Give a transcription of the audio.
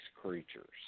creatures